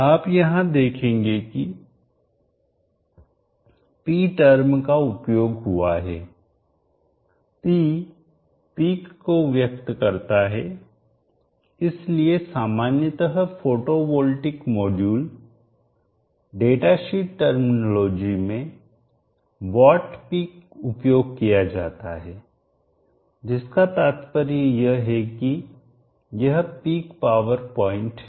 आप यहां देखेंगे कि p टर्म का उपयोग हुआ है p पिक को व्यक्त करता है इसलिए सामान्यतः फोटोवोल्टिक मॉड्यूल डेटाशीट टर्मिनोलॉजी में वाट पीक उपयोग किया जाता है जिसका तात्पर्य यह है कि यह पिक पावर पॉइंट है